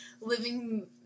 living